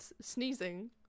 Sneezing